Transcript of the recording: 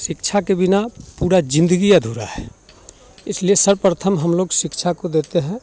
शिक्षा के बिना पूरा जिन्दगी अधूरा है इसलिए सर्वप्रथम हम लोग शिक्षा को देते हैं